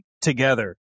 together